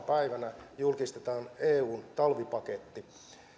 päivänä julkistetaan eun talvipaketti